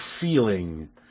feeling